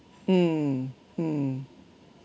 mm mm